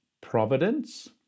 providence